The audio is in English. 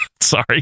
Sorry